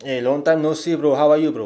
eh long time no see bro how are you bro